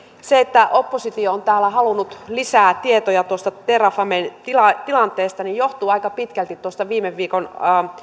se että oppositio on täällä halunnut lisää tietoja terrafamen tilanteesta johtuu aika pitkälti viime viikon